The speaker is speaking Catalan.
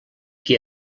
qui